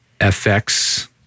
FX